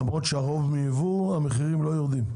למרות שהרוב מיבוא, המחירים לא יורדים.